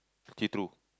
see through